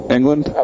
England